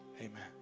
Amen